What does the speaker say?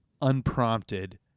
unprompted